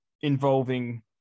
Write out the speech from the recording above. involving